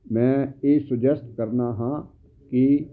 ਮੈਂ ਇਹ ਸੁਜੈਸਟ ਕਰਦਾ ਹਾਂ ਕਿ